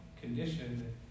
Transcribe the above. condition